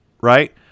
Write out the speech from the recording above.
Right